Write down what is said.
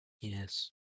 Yes